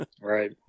Right